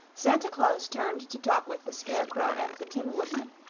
santa claus turned to talk with the scarecrow and the tin woodman,